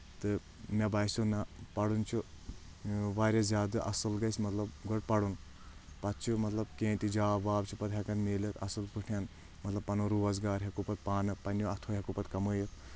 تہٕ مےٚ باسیٚو نہ پرُن چھُ واریاہ زیادٕ اَصٕل گژھِ مطلب گۄڈٕ پرُن پتہٕ چھُ مطلب کینٛہہ تہِ جاب واب چھُ پتہٕ ہؠکان مِلِتھ اَصٕل پٲٹھۍ مطلب پنُن روزگار ہؠکو پتہٕ پانہٕ پنٕنیٚو اتھو ہؠکو پتہٕ کمٲیِتھ